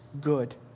good